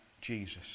Jesus